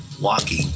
walking